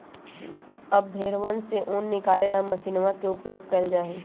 अब भेंड़वन से ऊन निकाले ला मशीनवा के उपयोग कइल जाहई